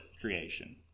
creation